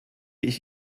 ich